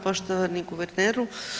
Poštovani guverneru.